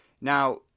Now